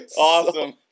Awesome